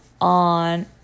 on